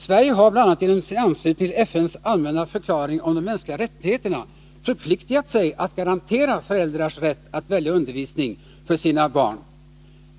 Sverige har bl.a. genom sin anslutning till FN:s allmänna förklaring om de mänskliga rättigheterna förpliktat sig att garantera föräldrars rätt att välja undervisning för sina barn.